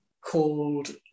called